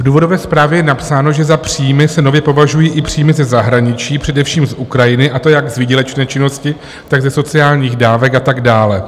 V důvodové zprávě je napsáno, že za příjmy se nově považují i příjmy ze zahraničí, především z Ukrajiny, a to jak z výdělečné činnosti, tak ze sociálních dávek a tak dále.